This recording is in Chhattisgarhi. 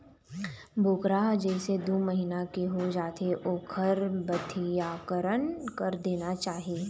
बोकरा ह जइसे दू महिना के हो जाथे ओखर बधियाकरन कर देना चाही